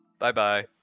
Bye-bye